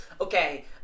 Okay